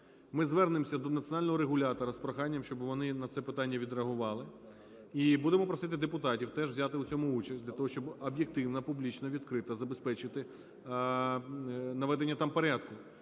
ми звернемося до національного регулятора з проханням, щоб вони на це питання відреагували. І будемо просити депутатів теж взяти в цьому участь, для того щоб об'єктивно, публічно, відкрито забезпечити наведення там порядку.